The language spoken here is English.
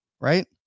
right